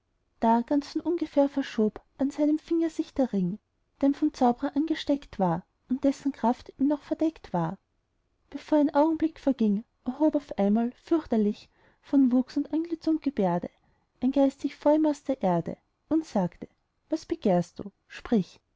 erbitten da ganz von ungefähr verschob an seinem finger sich der ring der ihm vom zaubrer angesteckt war und dessen kraft ihm noch verdeckt war bevor ein augenblick verging erhob auf einmal fürchterlich von wuchs und antlitz und gebärde ein geist sich vor ihm aus der erde und sagte was begehrst du sprich